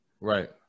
Right